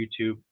youtube